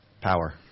Power